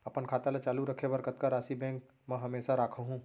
अपन खाता ल चालू रखे बर कतका राशि बैंक म हमेशा राखहूँ?